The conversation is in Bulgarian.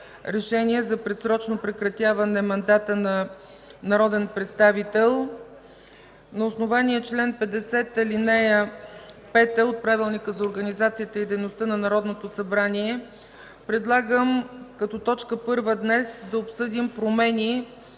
за предсрочно прекратяване мандата на народен представител на основание чл. 50, ал. 5 от Правилника за организацията и дейността на Народното събрание, предлагам като точка първа днес да обсъдим промени